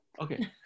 Okay